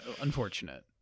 unfortunate